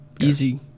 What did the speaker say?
Easy